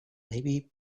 maybe